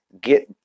get